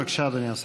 בבקשה, אדוני השר.